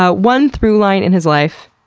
ah one through-line in his life,